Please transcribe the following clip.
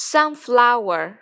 Sunflower